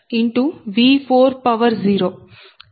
0 j0